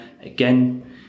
again